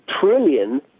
trillion